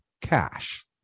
cash